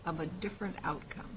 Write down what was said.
of a different outcome